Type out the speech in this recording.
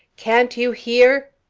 can't you hear?